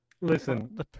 listen